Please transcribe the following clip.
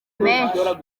menshi